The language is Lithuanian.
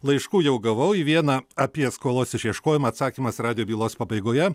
laiškų jau gavau į vieną apie skolos išieškojimą atsakymas radijo bylos pabaigoje